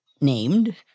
named